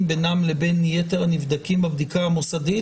בינם לבין יתר הנבדקים בבדיקה המוסדית?